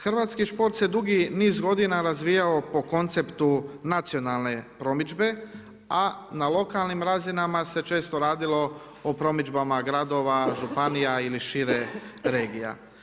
Hrvatski sport se dugi niz godina razvijao po konceptu nacionalne promidžbe, a na lokalnim razinama se često radilo o promidžbama gradova, županija ili šire regija.